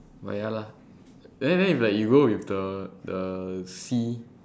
but ya lah then then if like you go with the the C